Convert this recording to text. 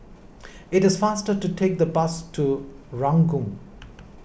it is faster to take the bus to Ranggung